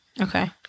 Okay